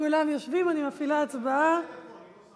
יש לי זכות לומר כמה מילים?